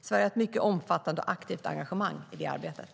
Sverige har ett mycket omfattande och aktivt engagemang i det arbetet.